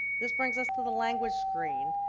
this brings us to the language screen.